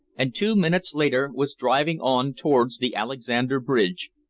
and two minutes later was driving on towards the alexander bridge,